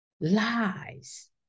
lies